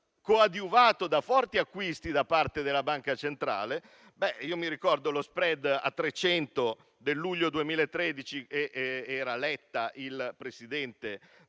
coadiuvati da forti acquisti da parte della Banca centrale. Ricordo lo *spread* a 300 del luglio 2013, con Letta Presidente